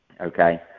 okay